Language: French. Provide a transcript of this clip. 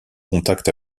contact